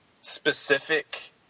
specific